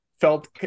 felt